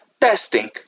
testing